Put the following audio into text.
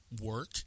work